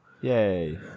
Yay